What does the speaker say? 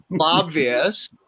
obvious